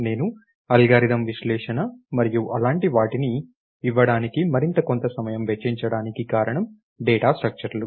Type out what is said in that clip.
నేను అల్గారిథమ్ విశ్లేషణ మరియు అలాంటి వాటిని ఇవ్వడానికి మరియు కొంత సమయం వెచ్చించడానికి కారణం డేటా స్ట్రక్చర్లు